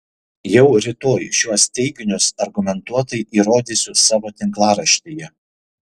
jau rytoj šiuos teiginius argumentuotai įrodysiu savo tinklaraštyje